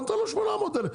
אתה נותן לו 800,000 ₪.